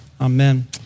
Amen